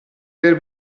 per